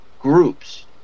groups